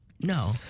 No